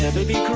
may be